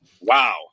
wow